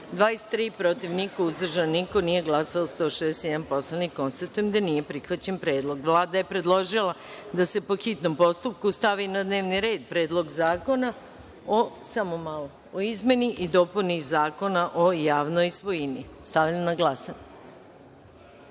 23, protiv – niko, uzdržanih – nema, nije glasao 161 poslanik. Konstatujem da nije prihvaćen Predlog. Vlada je predložila da se po hitnom postupku stavi na dnevni red Predlog zakona o izmeni i dopuni Zakona o javnoj svojini. Stavljam na